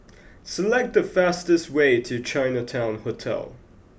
select the fastest way to Chinatown Hotel